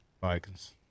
Vikings